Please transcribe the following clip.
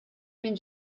minn